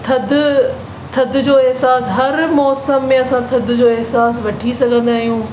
थदि थदि जो अहिसासु हर मौसमु में असां थदि जो अहिसासु वठी सघंदा आहियूं